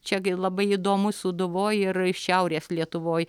čia gi labai įdomu sūduvoj ir šiaurės lietuvoj